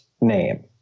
name